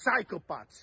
psychopaths